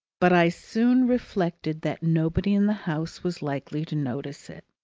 but i soon reflected that nobody in the house was likely to notice it.